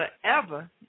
forever